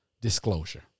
disclosure